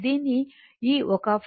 దీన్ని ఈ ఒక ϕ